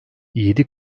yedi